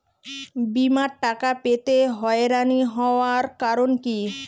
বিমার টাকা পেতে হয়রানি হওয়ার কারণ কি?